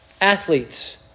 athletes